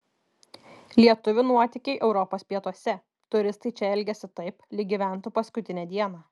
lietuvių nuotykiai europos pietuose turistai čia elgiasi taip lyg gyventų paskutinę dieną